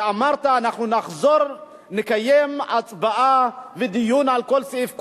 כשאמרת: אנחנו נחזור, נקיים הצבעה ודיון בכל סעיף.